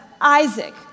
Isaac